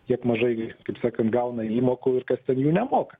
tiek mažai kaip sakant gauna įmokų ir kas ten jų nemoka